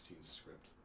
script